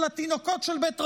של התינוקות של בית רבן.